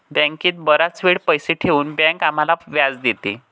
बँकेत बराच वेळ पैसे ठेवून बँक आम्हाला व्याज देते